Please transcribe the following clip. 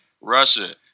russia